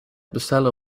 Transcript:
bestellen